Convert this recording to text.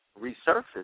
resurface